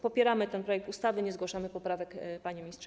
Popieramy ten projekt ustawy, nie zgłaszamy poprawek, panie ministrze.